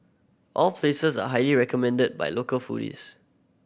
all places are highly recommended by local foodies